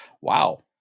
wow